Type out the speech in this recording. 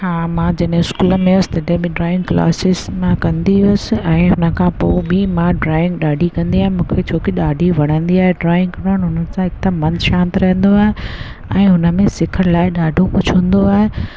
हा मां जॾहिं स्कूल में हुअसि तॾहिं बि ड्राइंग क्लासिस मां कंदी हुअसि ऐं उन खां पोइ बि मां ड्राइंग ॾाढी कंदी आहियां मूंखे बि छोकी ॾाढी वणंदी आहे ड्राइंग ऐं उन सां त मनु शांत रहंदो आहे ऐं हुन में सिखण लाइ ॾाढो कुझु हूंदो आहे